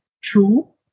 true